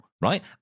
right